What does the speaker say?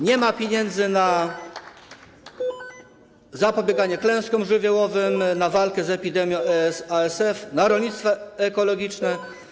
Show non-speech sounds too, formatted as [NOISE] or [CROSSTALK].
Nie ma pieniędzy na zapobieganie klęskom żywiołowym, [NOISE] na walkę z epidemią ASF, na rolnictwo ekologiczne.